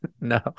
no